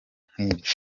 nk’ibyo